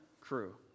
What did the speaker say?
crew